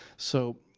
so,